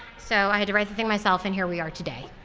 so i had to write the thing myself, and here we are today.